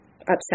upset